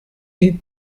die